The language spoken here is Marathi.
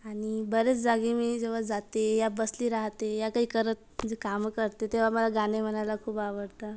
आणि बऱ्याच जागी मी जेव्हा जाते या बसली राहते या काही करत जी कामं करते तेव्हा मला गाणी म्हणायला खूप आवडतात